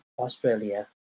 Australia